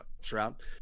shroud